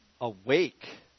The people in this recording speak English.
awake